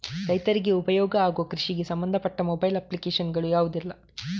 ರೈತರಿಗೆ ಉಪಯೋಗ ಆಗುವ ಕೃಷಿಗೆ ಸಂಬಂಧಪಟ್ಟ ಮೊಬೈಲ್ ಅಪ್ಲಿಕೇಶನ್ ಗಳು ಯಾವುದೆಲ್ಲ?